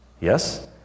yes